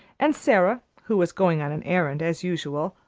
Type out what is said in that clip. and sara, who was going on an errand as usual,